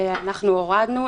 ההסתייגות לא התקבלה.